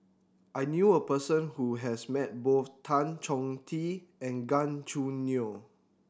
I knew a person who has met both Tan Chong Tee and Gan Choo Neo